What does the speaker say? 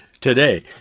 today